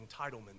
entitlement